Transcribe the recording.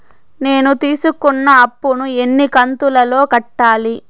నేను తీసుకున్న అప్పు ను ఎన్ని కంతులలో కట్టాలి?